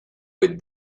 with